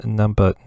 number